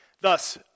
Thus